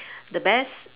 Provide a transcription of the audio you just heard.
the best